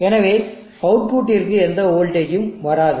எனவே அவுட்புட்டிற்கு எந்த வோல்டேஜ்ஜும் வராது